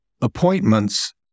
appointments